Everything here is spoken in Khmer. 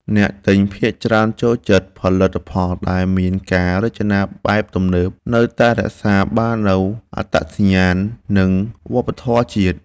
អ្នកទិញភាគច្រើនចូលចិត្តផលិតផលដែលមានការរចនាបែបទំនើបតែនៅតែរក្សាបាននូវអត្តសញ្ញាណ និងវប្បធម៌ជាតិ។